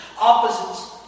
Opposites